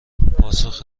پاسخ